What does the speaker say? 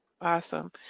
Awesome